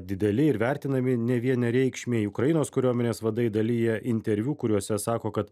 dideli ir vertinami nevienareikšmiai ukrainos kariuomenės vadai dalija interviu kuriuose sako kad